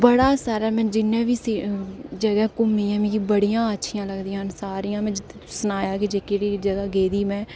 बड़ा सारा में जि'न्ने बी सारी जगह घुम्मी ऐ बड़ियां अच्छियां लगदियां न सारियां में जित्थें तुसें गी सनाया के जेह्कड़ी जगह गेदी में